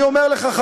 אני אומר לך,